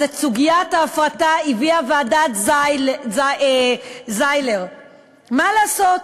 אז את סוגיית ההפרטה הביאה ועדת זיילר, מה לעשות.